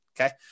okay